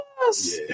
yes